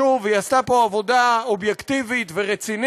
שוב, היא עשתה פה עבודה אובייקטיבית ורצינית.